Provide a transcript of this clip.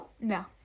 No